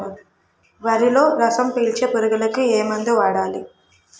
వరిలో రసం పీల్చే పురుగుకి ఏ మందు వాడాలి?